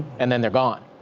and then they're gone.